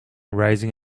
raising